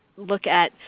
look at,